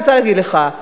אני רוצה להגיד לך,